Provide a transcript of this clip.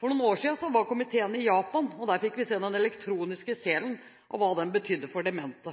For noen år siden var komiteen i Japan. Der fikk vi se den elektroniske selen og hva den betydde for demente.